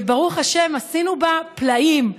וברוך השם עשינו בה פלאים,